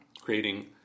creating